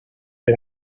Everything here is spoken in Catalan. per